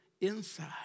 inside